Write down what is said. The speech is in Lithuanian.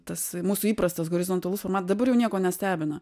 tas mūsų įprastas horizontalus formatas dabar jau nieko nestebina